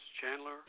Chandler